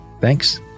Thanks